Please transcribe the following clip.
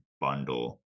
bundle